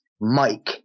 Mike